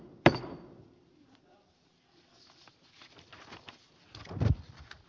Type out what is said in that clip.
asian käsittely tältä erää keskeytetään